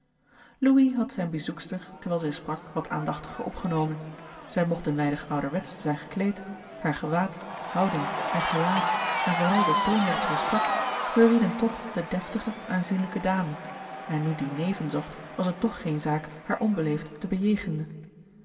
louis had zijne bezoekster terwijl zij sprak wat aandachtiger opgenomen zij mogt een weinig ouderwetsch zijn gekleed haar gewaad houding en gelaat en vooral de toon waarop zij sprak verrieden toch de deftige aanzienlijke dame en nu die neven zocht was het toch geen zaak haar onbeleefd te bejegenen